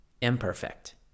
imperfect